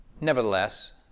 Nevertheless